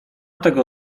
tego